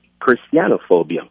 Christianophobia